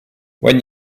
when